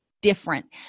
different